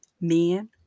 men